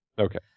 Okay